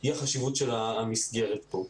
היא החשיבות של המסגרת פה.